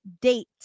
date